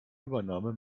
übernahme